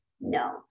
No